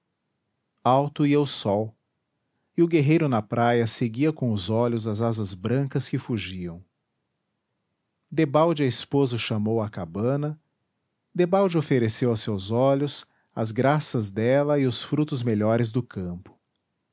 alto ia o sol e o guerreiro na praia seguia com os olhos as asas brancas que fugiam debalde a esposa o chamou à cabana debalde ofereceu a seus olhos as graças dela e os frutos melhores do campo